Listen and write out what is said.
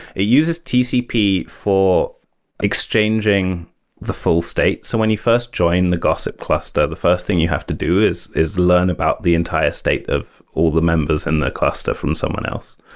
it uses tcp for exchanging the full state. so when you first join the gossip cluster, the first thing you have to do is is learn about the entire state of all the members in the cluster from someone else.